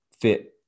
fit